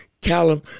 Callum